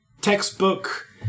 textbook